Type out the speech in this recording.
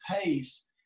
pace